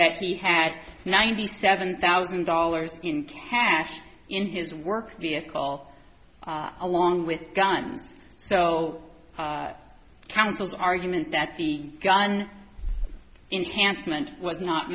that he had ninety seven thousand dollars in cash in his work vehicle along with guns so councils argument that the gun enhanced meant was not